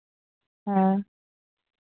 ᱦᱮᱸ